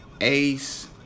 Ace